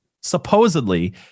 supposedly